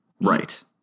Right